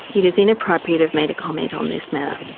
it is inappropriate of me to comment on this matter.